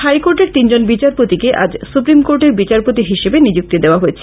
হাইকোর্টের তিনজন বিচারপতিকে আজ সুপ্রীম কোর্টের বিচারপতি হিসেবে নিযুক্তি দেওয়া হয়েছে